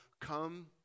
come